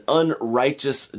unrighteous